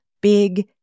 big